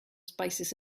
spices